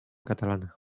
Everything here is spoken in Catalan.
catalana